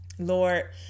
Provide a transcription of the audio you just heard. Lord